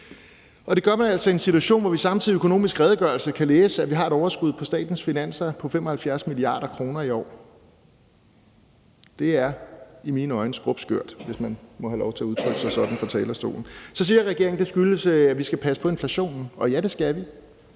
det gør man altså i en situation, hvor vi samtidig i Økonomisk Redegørelse kan læse, at vi har et overskud på statens finanser på 75 mia. kr. i år. Det er i mine øjne skrupskørt, hvis man må have lov til at udtrykke sig sådan fra talerstolen. Så siger regeringen, det skyldes, at vi skal passe på inflationen. Og ja, det skal vi.